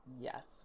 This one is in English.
Yes